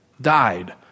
died